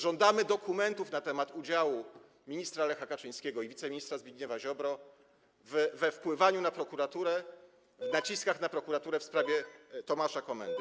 Żądamy dokumentów na temat udziału ministra Lecha Kaczyńskiego i wiceministra Zbigniewa Ziobry we wpływaniu na prokuraturę, w naciskach na prokuraturę w sprawie Tomasza Komendy.